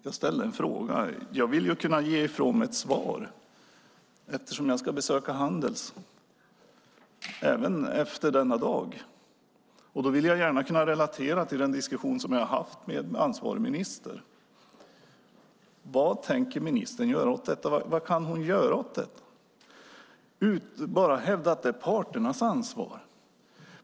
Jag ställde en fråga, och jag vill kunna ge ett svar eftersom jag ska besöka Handels även efter denna dag. Då vill jag gärna kunna relatera till den diskussion som jag har haft med ansvarig minister. Vad tänker ministern göra åt detta, och vad kan hon göra åt detta utöver att bara hävda att det är parternas ansvar?